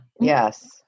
yes